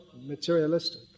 materialistic